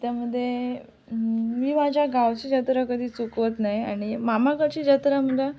त्यामध्ये मी माझ्या गावची जत्रा कधी चुकवत नाही आणि मामाकडची जत्रा मला